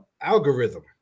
algorithm